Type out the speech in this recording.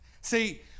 See